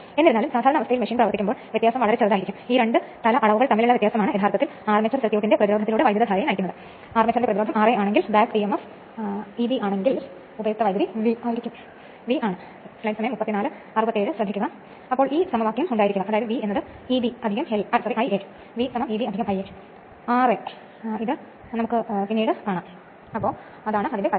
എന്നാൽ ഇവയാണ് പക്ഷേ ഇലക്ട്രിക്കൽ എഞ്ചിനീയറാണെങ്കിൽ തീർച്ചയായും ഇത് രണ്ടാം വർഷത്തിലോ മൂന്നാം വർഷ ഇലക്ട്രിക്കൽ മെഷീൻ പരീക്ഷണശാലയിലോ കാണുക